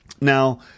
Now